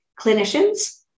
clinicians